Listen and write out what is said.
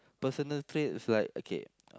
personal traits like okay